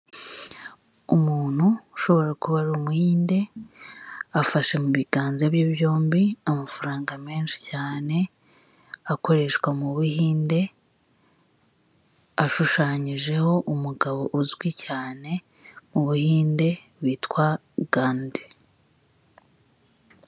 Umuntu ushobora kuba ari umuhinde afashe mu biganza bye byombi amafaranga menshi cyane akoreshwa mu buhinde ashushanyijeho umugabo uzwi cyane mu buhinde witwa Ghandi.